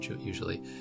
usually